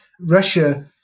Russia